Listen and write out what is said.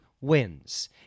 wins